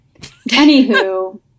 Anywho